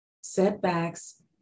Setbacks